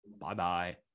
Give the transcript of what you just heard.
Bye-bye